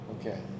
Okay